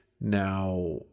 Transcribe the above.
Now